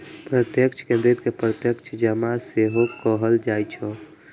प्रत्यक्ष क्रेडिट कें प्रत्यक्ष जमा सेहो कहल जाइ छै